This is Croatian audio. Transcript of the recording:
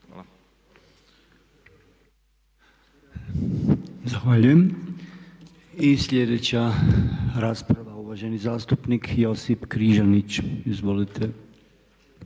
Zahvaljujem. I sljedeća rasprava uvaženi zastupnik Josip Križanić. Izvolite.